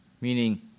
meaning